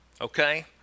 Okay